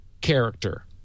character